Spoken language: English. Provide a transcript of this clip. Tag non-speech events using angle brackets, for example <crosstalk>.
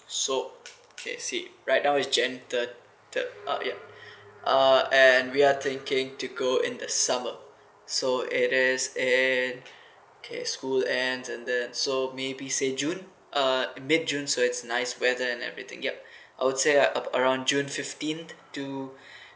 so okay see right now is jan third third uh ya <breath> uh and we're thinking to go in the summer so it is in K school ends and that so maybe say june uh mid june sorry it's nice weather and everything yup <breath> I'd say uh around june fifteenth to <breath>